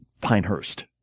Pinehurst